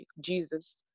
Jesus